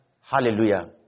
Hallelujah